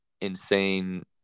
insane